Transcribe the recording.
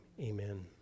amen